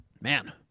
Man